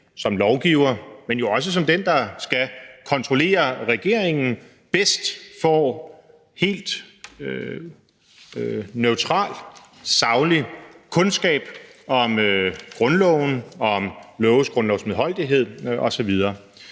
som lovgivere, men jo også som dem, der skal kontrollere regeringen, bedst får helt neutral og saglig kundskab om grundloven og om loves grundlovsmedholdelighed osv.